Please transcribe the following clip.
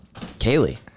Kaylee